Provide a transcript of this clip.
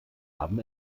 haben